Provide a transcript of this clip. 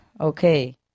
okay